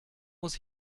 muss